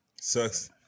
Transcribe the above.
sucks